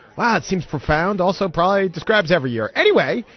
well, it seems profound. also, pride describes every year anyway.